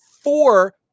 Four